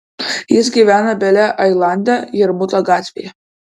jis gyvena bele ailande jarmuto gatvėje